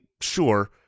sure